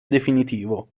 definitivo